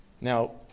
Now